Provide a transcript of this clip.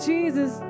Jesus